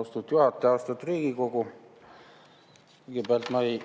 Austatud juhataja! Austatud Riigikogu! Kõigepealt, ma ei